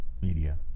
Media